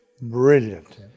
brilliant